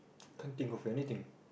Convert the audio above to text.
can't think of anything